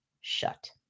shut